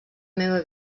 meva